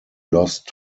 lost